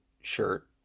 shirt